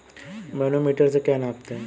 Manometer से क्या नापते हैं?